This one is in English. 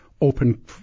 open